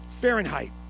Fahrenheit